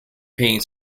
paying